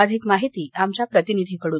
अधिक माहिती आमच्या प्रतिनिधीकडून